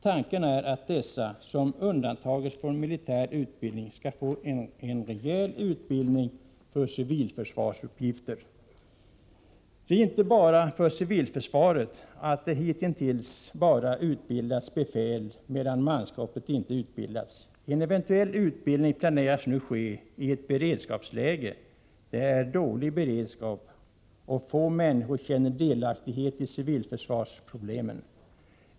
Tanken är att dessa, som undantas från militär utbildning, skall få en rejäl utbildning för civilförsvarsuppgifter. Det är inte bra för civilförsvaret att det hitintills bara utbildats befäl, medan manskapet inte utbildats. En eventuell utbildning planeras nu ske i ett beredskapsläge. Det är dålig beredskap, och få människor känner delaktighet i civilförsvarsproblemen.